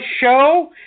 show